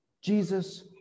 Jesus